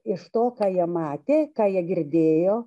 iš to ką jie matė ką jie girdėjo